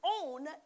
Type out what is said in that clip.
own